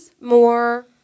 more